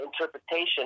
interpretation